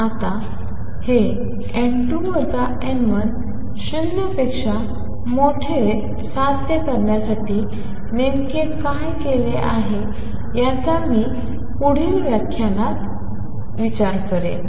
आता हे n2 n1 0 पेक्षा मोठे साध्य करण्यासाठी नेमके काय केले आहेयाची मी पुढील व्याख्यानात चर्चा करेन